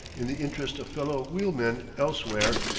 in the interest of fellow-wheelmen elsewhere,